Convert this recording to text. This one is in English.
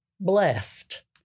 blessed